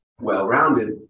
well-rounded